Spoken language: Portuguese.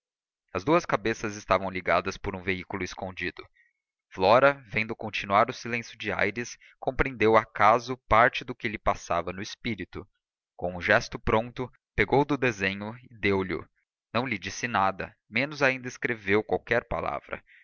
as duas cabeças estavam ligadas por um vínculo escondido flora vendo continuar o silêncio de aires compreendeu acaso parte do que lhe passava no espírito com um gesto pronto pegou do desenho e deu lho não lhe disse nada menos ainda escreveu qualquer palavra